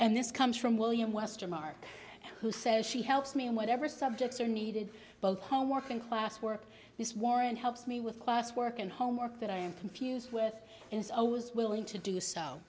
and this comes from william webster mark who says she helps me in whatever subjects are needed both homework and classwork this war and helps me with class work and homework that i am confused with is always willing to do